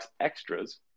Extras